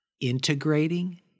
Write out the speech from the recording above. integrating